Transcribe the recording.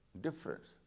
difference